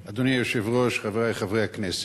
אדוני היושב-ראש, חברי חברי הכנסת,